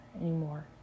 anymore